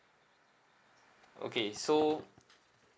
okay so